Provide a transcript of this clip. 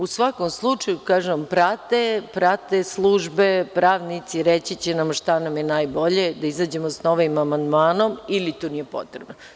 U svakom slučaju, kažem vam, prate službe, prate pravnici, reći će nam šta nam je najbolje, da izađemo sa novim amandmanom ili to nije potrebno.